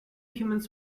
humans